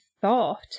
thought